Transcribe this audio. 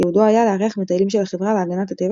ייעודו היה לארח מטיילים של החברה להגנת הטבע